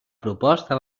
proposta